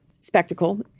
spectacle